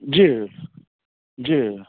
जी जी